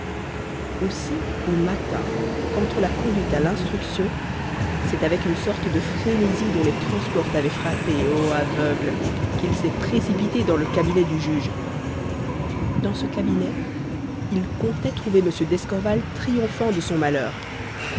aussi au matin quand on l'a conduit à l'instruction c'est avec une sorte de frénésie dont les transports t'avaient frappé ô aveugle qu'il s'est précipité dans le cabinet du juge dans ce cabinet il comptait trouver m d'escorval triomphant de son malheur